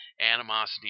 animosity